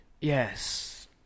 Yes